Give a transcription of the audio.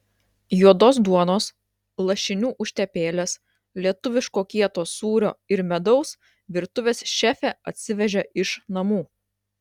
juodos duonos lašinių užtepėlės lietuviško kieto sūrio ir medaus virtuvės šefė atsivežė iš namų